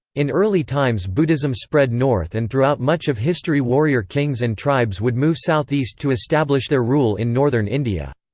in early times buddhism spread north and throughout much of history warrior kings and tribes would move southeast to establish their rule in northern india.